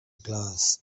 glass